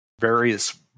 various